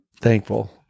thankful